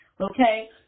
okay